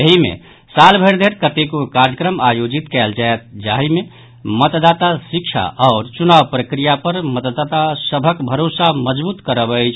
एहि मे साल भरि धरि कतेको कार्यक्रम आयोजित कयल जायत जाहि मे मतदाता शिक्षा आओर चुनाव प्रक्रिया पर मतदाता सभक भरोसा मजगुत करब अछि